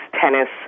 tennis